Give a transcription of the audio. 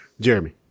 Jeremy